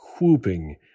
whooping